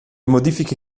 modifiche